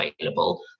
available